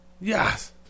Yes